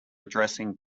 addressing